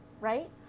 right